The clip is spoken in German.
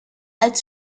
als